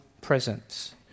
presence